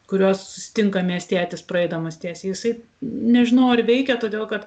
kuriuos susitinka miestietis praeidamas tiesiai jisai nežinau ar veikia todėl kad